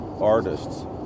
artists